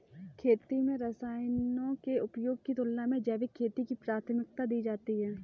खेती में रसायनों के उपयोग की तुलना में जैविक खेती को प्राथमिकता दी जाती है